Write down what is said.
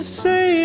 say